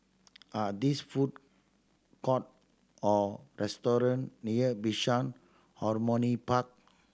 are these food court or restaurant near Bishan Harmony Park